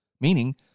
meaning